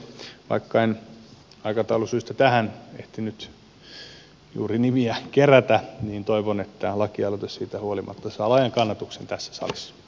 vaikka en aikataulusyistä tähän ehtinyt juuri nimiä kerätä niin toivon että lakialoite siitä huolimatta saa laajan kannatuksen tässä salissa